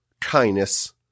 kindness